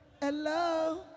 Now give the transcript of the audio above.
Hello